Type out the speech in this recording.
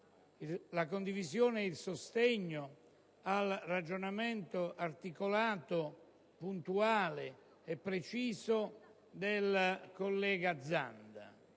la condivisione e il sostegno al ragionamento articolato, puntuale e preciso del collega Zanda.